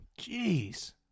Jeez